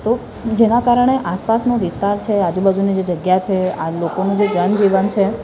તો જેનાં કારણે આસપાસનો વિસ્તાર છે એ આજુબાજુની જગ્યાએ છે લોકોનું જે જનજીવન છે